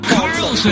Carlson